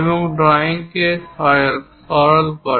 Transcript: এটি ড্রয়িংকে সরল করে